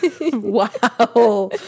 Wow